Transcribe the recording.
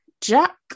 Jack